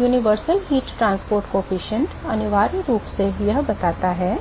तो सार्वभौमिक ऊष्मा परिवहन गुणांक अनिवार्य रूप से यह बताता है